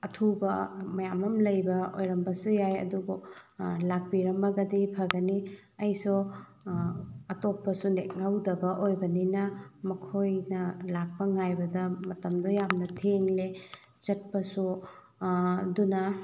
ꯑꯊꯨꯕ ꯃꯌꯥꯝ ꯑꯃ ꯂꯩꯕ ꯑꯣꯏꯔꯝꯕꯁꯨ ꯌꯥꯏ ꯑꯗꯨꯕꯨ ꯂꯥꯛꯄꯤꯔꯝꯃꯒꯗꯤ ꯐꯒꯅꯤ ꯑꯩꯁꯨ ꯑꯇꯣꯞꯄꯁꯨ ꯅꯦꯛꯍꯧꯗꯕ ꯑꯣꯏꯕꯅꯤꯅ ꯃꯈꯣꯏꯅ ꯂꯥꯛꯄ ꯉꯥꯏꯕꯗ ꯃꯇꯝꯗꯣ ꯌꯥꯝꯅ ꯊꯦꯡꯂꯦ ꯆꯠꯄꯁꯨ ꯑꯗꯨꯅ